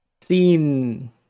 seen